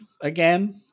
again